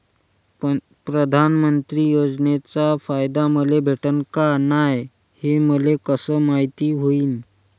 प्रधानमंत्री योजनेचा फायदा मले भेटनं का नाय, हे मले कस मायती होईन?